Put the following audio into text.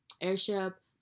airship